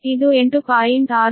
ಇದು 8